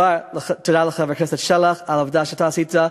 תודה לחבר הכנסת שלח על העבודה שאתה עשית.